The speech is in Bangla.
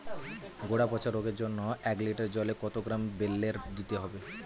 গোড়া পচা রোগের জন্য এক লিটার জলে কত গ্রাম বেল্লের দিতে হবে?